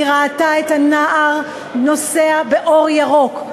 היא ראתה את הנער נוסע באור ירוק.